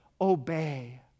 obey